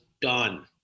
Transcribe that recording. done